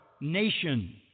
nation